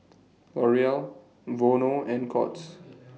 L'Oreal Vono and Courts